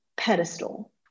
pedestal